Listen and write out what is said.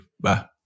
Bye